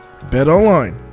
BetOnline